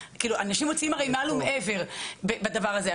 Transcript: אנשים מוציאים הרי מעל ומעבר בדבר הזה.